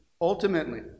ultimately